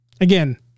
Again